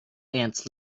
ants